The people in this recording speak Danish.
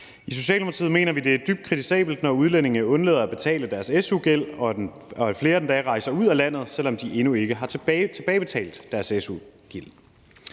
I Socialdemokratiet mener vi, at det er dybt kritisabelt, når udlændinge undlader at betale deres su-gæld, og at flere endda rejser ud af landet, selv om de endnu ikke har tilbagebetalt deres su-gæld.